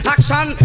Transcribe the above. Action